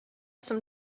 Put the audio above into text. zum